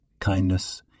kindness